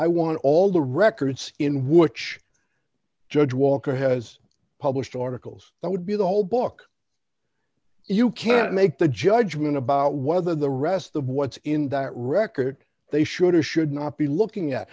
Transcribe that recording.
i want all the records in which george walker has published articles that would be the whole book you can't make the judgment about whether the rest of what's in that record they should or should not be looking at